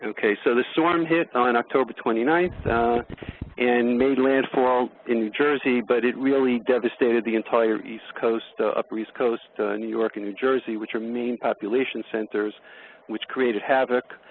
okay, so the storm hit on and october twenty ninth and made landfall in new jersey but it really devastated the entire east coast ah upper east coast new york and new jersey which are main population centers which created havoc.